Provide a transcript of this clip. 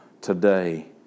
today